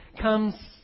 comes